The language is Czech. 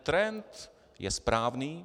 Trend je správný.